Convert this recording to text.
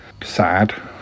sad